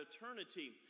eternity